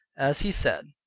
as he said.